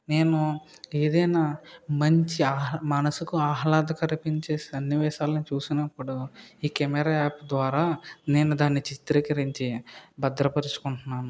నేను ఏదైనా మంచి మనసుకు ఆహ్లాద పరిచే సన్నివేశాలను చూసినపుడు ఈ కెమెరా యాప్ ద్వారా నేను దానిని చిత్రీకరించి భద్రపరచుకుంటున్నాను